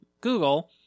Google